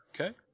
Okay